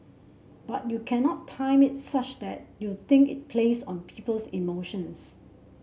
but you cannot time it such that you think it plays on people's emotions